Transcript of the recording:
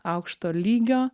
aukšto lygio